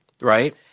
right